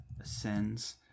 Ascends